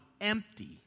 empty